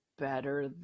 better